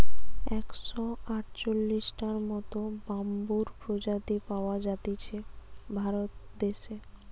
একশ আটচল্লিশটার মত বাম্বুর প্রজাতি পাওয়া জাতিছে ভারত দেশে